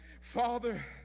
Father